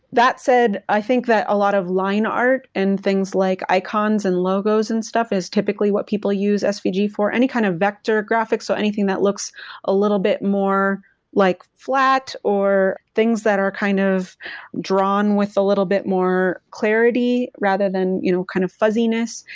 that said, i think that a lot of line art and things like icons and logos and stuff is typically what people use svg for. any kind of vector graphics, or so anything that looks a little bit more like flat or things that are kind of drawn with a little bit more clarity rather than you know kind of fuzziness.